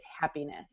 happiness